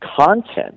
Content